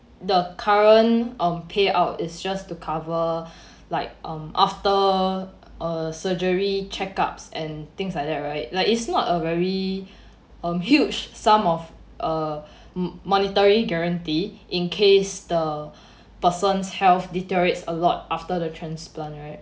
the current um payout is just to cover like um after a surgery checkups and things like that right like it's not a very um huge sum of a m~ monetary guarantee in case the person's health deteriorates a lot after the transplant right